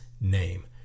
name